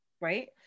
right